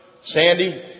Sandy